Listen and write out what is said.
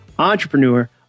entrepreneur